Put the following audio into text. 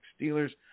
Steelers